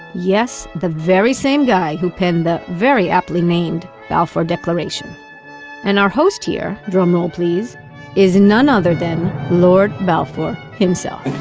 yes. the very same guy who penned the very aptly named balfour declaration and our host here, drum roll please is none other than lord balfour himself.